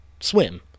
Swim